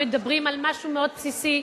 מדברים על משהו מאוד בסיסי,